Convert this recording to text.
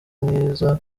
mwiza